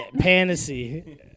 Fantasy